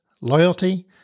loyalty